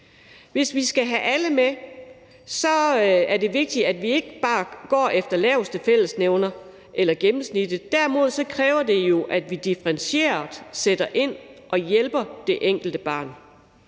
Hvis vi skal have alle med, er det vigtigt, at vi ikke bare går efter laveste fællesnævner eller gennemsnittet. Derimod kræver det jo, at vi differentieret sætter ind og hjælper det enkelte barn.